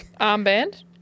Armband